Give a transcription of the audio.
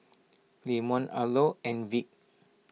Clemon Arlo and Vic